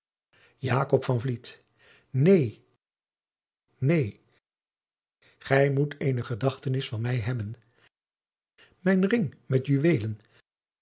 neen neen gij moet eene gedachtenis van mij hebben mijn ring met juweelen